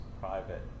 private